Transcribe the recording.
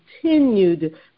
continued